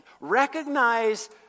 Recognize